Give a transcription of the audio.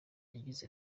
yagize